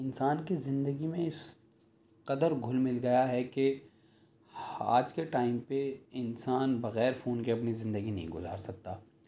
انسان کی زندگی میں اس قدر گھل مل گیا ہے کہ آج کے ٹائم پہ انسان بغیر فون کے اپنی زندگی نہیں گزار سکتا